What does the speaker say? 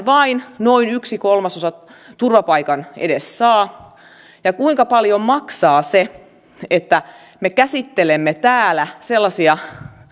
vain noin yksi kolmasosa turvapaikan edes saa ja kuinka paljon maksaa se että me käsittelemme täällä sellaisia